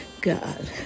God